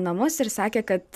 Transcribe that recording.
namus ir sakė kad